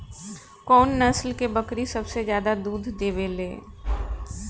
कउन नस्ल के बकरी सबसे ज्यादा दूध देवे लें?